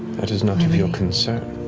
that is not of your concern,